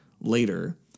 later